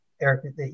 Eric